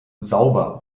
sauber